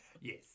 Yes